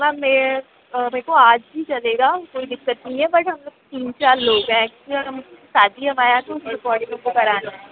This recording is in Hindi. मैम में मे को आज ही चलेगा कोई दिक्कत नहीं है बट हम लोग तीन चार लोग हैं साथ ही हमारे कराना है